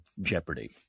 Jeopardy